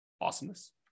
Awesomeness